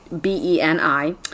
B-E-N-I